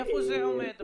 איפה זה עומד?